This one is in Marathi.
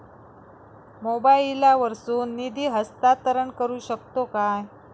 मोबाईला वर्सून निधी हस्तांतरण करू शकतो काय?